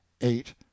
eight